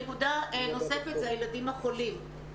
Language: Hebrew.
נקודה נוספת אלו הילדים החולים.